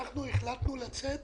אנחנו החלטנו לצאת